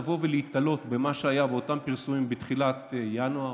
להיתלות במה שהיה באותם פרסומים בתחילת ינואר,